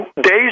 days